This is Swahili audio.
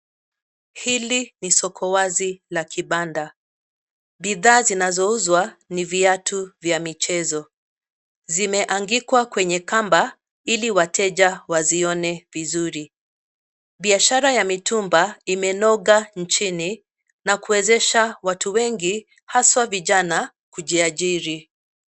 Hili ni soko wazi la kibanda. Bidhaa zinazouzwa ni viatu vya michezo. Zimeangikwa kwenye kamba ili wateja wazione vizuri. Biashara ya mitumba imenoga nchini na kuwezesha watu wengi haswa vijana kujiajiri.